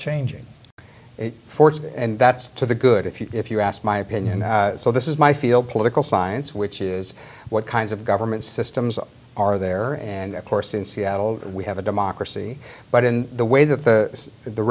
changing force and that's to the good if you if you asked my opinion so this is my field political science which is what kinds of government systems are there and of course in seattle we have a democracy but in the way that the the